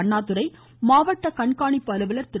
அண்ணாதுரை மாவட்ட கண்காணிப்பு அலுவலர் திரு